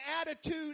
attitude